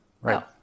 right